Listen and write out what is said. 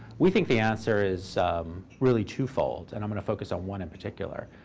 we think the answer is really two-fold, and i'm going to focus on one in particular.